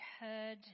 heard